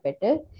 better